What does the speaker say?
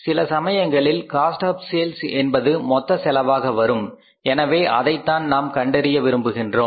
சில சமயங்களில் cost of sales என்பது மொத்த செலவாக வரும் எனவே அதனைத்தான் நாம் கண்டறிய விரும்புகின்றோம்